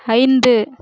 ஐந்து